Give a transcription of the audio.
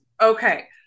okay